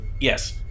Yes